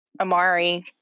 Amari